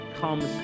comes